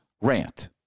Rant